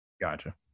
Gotcha